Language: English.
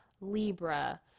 Libra